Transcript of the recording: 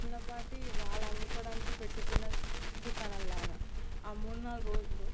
చిన్నపాటి వాళ్ళ అమ్ముకోవడానికి పెట్టుకున్న దుకాణం లాగా ఆ మూడు నాలుగు రోజులు